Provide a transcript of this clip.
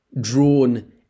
drawn